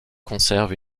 conserve